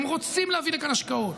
הם רוצים להביא לכאן השקעות.